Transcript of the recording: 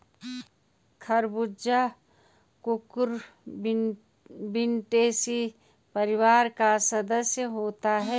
खरबूजा कुकुरबिटेसी परिवार का सदस्य होता है